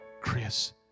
Chris